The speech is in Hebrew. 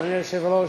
אדוני היושב-ראש,